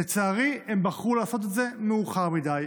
לצערי, הם בחרו לעשות את זה מאוחר מדי,